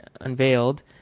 unveiled